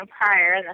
prior